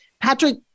Patrick